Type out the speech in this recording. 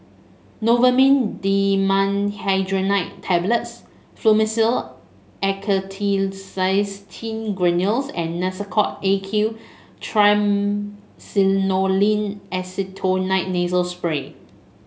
Novomin Dimenhydrinate Tablets Fluimucil Acetylcysteine Granules and Nasacort A Q Triamcinolone Acetonide Nasal Spray